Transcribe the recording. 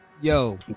Yo